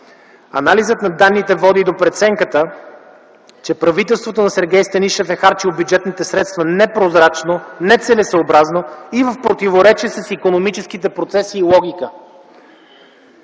Анализът на данните води до преценката, че правителството на Сергей Станишев е харчило бюджетните средства непрозрачно, нецелесъобразно и в противоречие с икономическите процеси и логика.